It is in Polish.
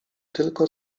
tylko